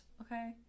Okay